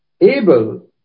Abel